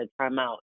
timeout